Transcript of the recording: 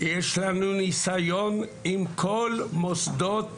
יש לנו ניסיון עם כל מוסדות